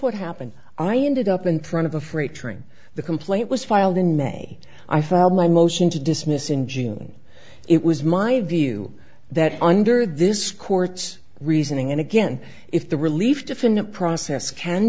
what happened i ended up in front of a freight train the complaint was filed in may i filed my motion to dismiss in june it was my view that under this court's reasoning and again if the relief defendant process can